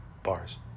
Bars